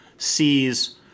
sees